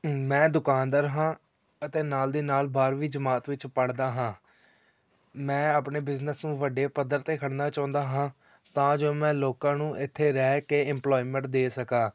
ਮੈਂ ਦੁਕਾਨਦਾਰ ਹਾਂ ਅਤੇ ਨਾਲ ਦੀ ਨਾਲ ਬਾਰ੍ਹਵੀਂ ਜਮਾਤ ਵਿੱਚ ਪੜ੍ਹਦਾ ਹਾਂ ਮੈਂ ਆਪਣੇ ਬਿਜ਼ਨਸ ਨੂੰ ਵੱਡੇ ਪੱਧਰ 'ਤੇ ਕਰਨਾ ਚਾਹੁੰਦਾ ਹਾਂ ਤਾਂ ਜੋ ਮੈਂ ਲੋਕਾਂ ਨੂੰ ਇੱਥੇ ਰਹਿ ਕੇ ਇਮਪਲੋਇਮੈਂਟ ਦੇ ਸਕਾਂ